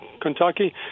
Kentucky